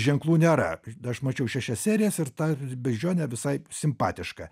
ženklų nėra aš mačiau šešias serijas ir ta beždžionė visai simpatiška